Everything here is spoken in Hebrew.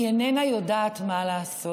והיא אינה יודעת מה לעשות.